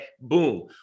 Boom